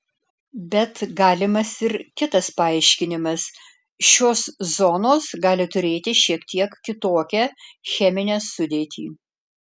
bet galimas ir kitas paaiškinimas šios zonos gali turėti šiek tiek kitokią cheminę sudėtį